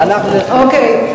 אוקיי.